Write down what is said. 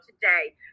today